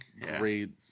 Great